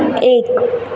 एक